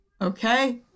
Okay